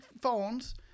phones